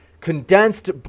condensed